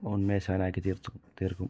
ഉന്മേഷവാനാക്കി തീർക്കും തീർക്കും